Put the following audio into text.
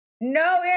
no